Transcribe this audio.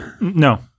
No